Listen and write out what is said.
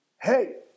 Hey